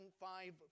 five